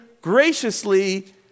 graciously